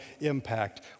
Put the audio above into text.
impact